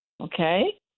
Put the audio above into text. okay